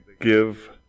give